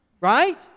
Right